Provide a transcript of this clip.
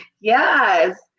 Yes